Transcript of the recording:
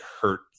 hurt